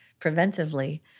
preventively